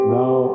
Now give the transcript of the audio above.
now